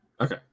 Okay